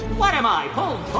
what am i,